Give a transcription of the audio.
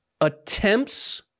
attempts